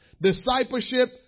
Discipleship